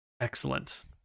Excellent